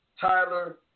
Tyler